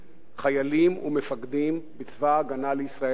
חיילים ומפקדים בצבא-הגנה לישראל לנהוג.